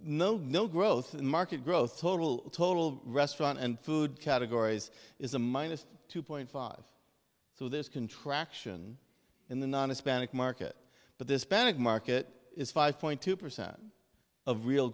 no no growth in market growth total total restaurant and food categories is a minus two point five so this contraction in the non a spanish market but this panic market is five point two percent of real